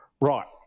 right